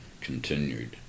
continued